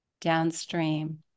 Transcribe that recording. Downstream